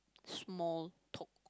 small talk